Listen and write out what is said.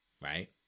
Right